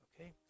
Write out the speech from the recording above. okay